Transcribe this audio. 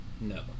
No